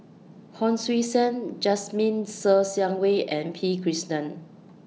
Hon Sui Sen Jasmine Ser Xiang Wei and P Krishnan